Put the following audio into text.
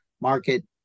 market